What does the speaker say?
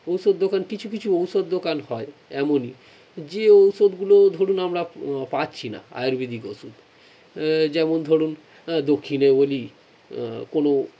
ঔষধ দোকান কিছু কিছু ঔষধ দোকান হয় এমনই যে ঔষধগুলো ধরুন আমরা পাচ্ছি না আয়ুর্বেদিক ওষুধ যেমন ধরুন দক্ষিণে বলি কোনও